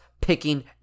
picking